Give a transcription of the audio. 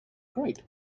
grate